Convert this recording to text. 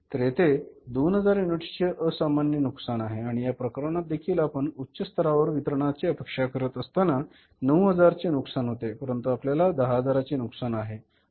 तर येथे 2000 युनिट्सचे असामान्य नुकसान आहे आणि या प्रकरणात देखील आपण उच्च स्तरावर वितरणाची अपेक्षा करत असताना 9000 चे नुकसान होते परंतु आपल्याला 10000 चे नुकसान आहे